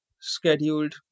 scheduled